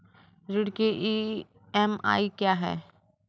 ऋण की ई.एम.आई क्या है?